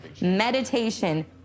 meditation